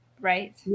right